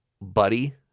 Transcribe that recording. buddy